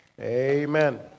Amen